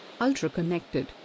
Ultra-connected